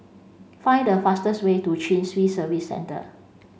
find the fastest way to Chin Swee Service Centre